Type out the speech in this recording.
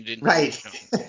Right